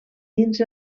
dins